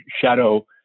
shadow